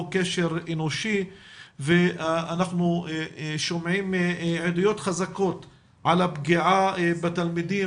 קשר אנושי ואנחנו שומעים עדויות חזקות על הפגיעה בתלמידים,